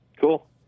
Cool